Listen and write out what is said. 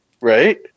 Right